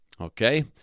Okay